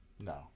No